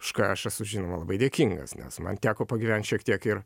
už ką aš esu žinoma labai dėkingas nes man teko pagyventi šiek tiek ir